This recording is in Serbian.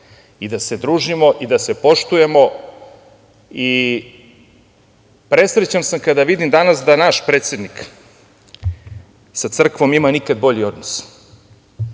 i da se družimo i da se poštujemo. Presrećan sam kada vidim danas da naš predsednik sa crkvom ima nikad bolji odnos. Velika